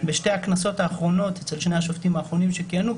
בשתי הכנסות האחרונות אצל שני השופטים האחרונים שכבר כיהנו,